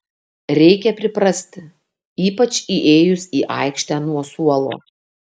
reikia priprasti ypač įėjus į aikštę nuo suolo